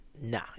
nah